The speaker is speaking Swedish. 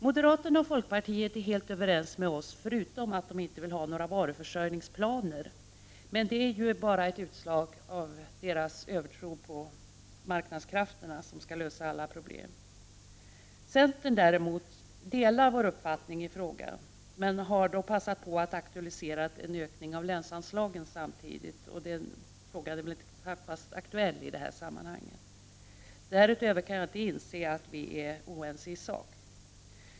Moderaterna och folkpartiet är helt överens med oss förutom att de inte vill ha några varuförsörjningsplaner, men det är ju bara ett utslag av deras övertro på att marknadskrafterna skall lösa alla problem. Centern däremot delar vår uppfattning i frågan men har samtidigt passat på att aktualisera en ökning av länsanslagen. Den frågan är knappast aktuell i det här sammanhanget. Därutöver kan jag inte inse att vi är oense i sak.